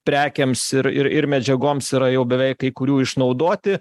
prekėms ir ir ir medžiagoms yra jau beveik kai kurių išnaudoti